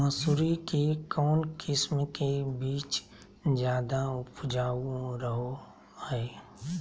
मसूरी के कौन किस्म के बीच ज्यादा उपजाऊ रहो हय?